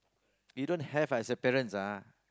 you don't have as a parents ah